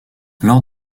lors